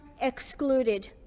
excluded